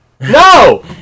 no